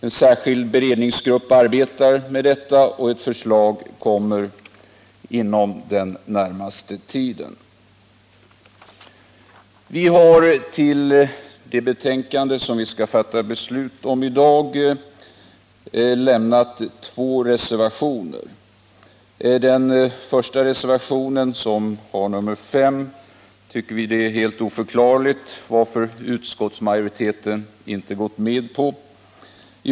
En särskild beredningsgrupp arbetar med detta, och ett förslag kommer inom den närmaste tiden. Vi har vid det betänkande som vi i dag skall fatta beslut om fogat två reservationer. När det gäller den första reservationen, som har nr 5, tycker vi att det är helt oförklarligt att utskottsmajoriteten inte gått med på vårt förslag.